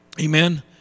Amen